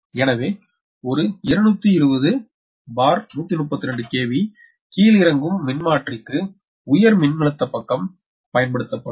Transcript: எனவே ஒரு 220132 kv கீழிறக்கும் மின்மாற்றிக்கு உயர் மின்னழுத்த பக்கம் பயன்படுத்தப்படும்